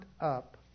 up